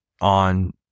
on